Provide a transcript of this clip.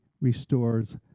restores